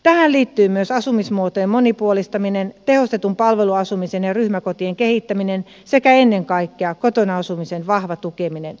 tähän liittyy myös asumismuotojen monipuolistaminen tehostetun palveluasumisen ja ryhmäkotien kehittäminen sekä ennen kaikkea kotona asumisen vahva tukeminen